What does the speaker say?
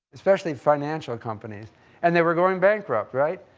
especially financial companies and they were going bankrupt, right?